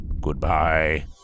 Goodbye